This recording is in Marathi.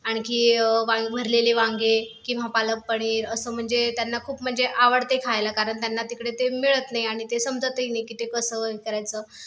आणखी वाळ् भरलेले वांगे किंवा पालक पनीर असं म्हणजे त्यांना खूप म्हणजे आवडते खायला कारण त्यांना तिकडे ते मिळत नाही आणि ते समजतही नाही की ते कसं करायचं